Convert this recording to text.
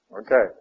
Okay